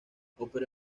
operó